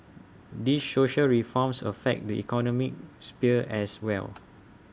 these social reforms affect the economic sphere as well